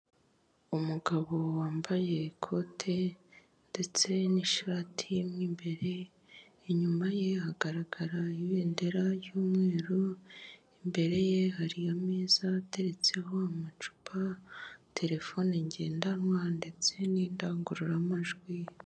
Umugabo wambaye ikote ndetse n'ishati mo imbere, inyuma ye hagaragara ibendera ry'umweru, imbere ye hari ameeza ateretseho amacupa, telefone ngendanwa ndetse n'indangururamajwi.